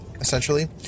essentially